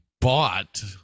bought